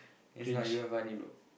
it's not even funny bro